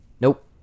Nope